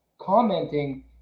commenting